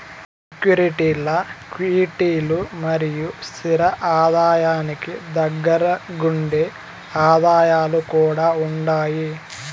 సెక్యూరీల్ల క్విటీలు మరియు స్తిర ఆదాయానికి దగ్గరగుండే ఆదాయాలు కూడా ఉండాయి